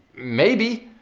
maybe,